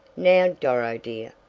now, doro, dear,